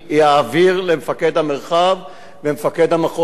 למפקד המרחב ולמפקד המחוז שיהיו שם.